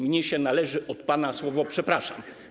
Mnie się należy od pana słowo ˝przepraszam˝